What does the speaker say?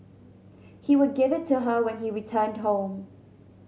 he would give it to her when he returned home